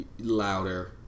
louder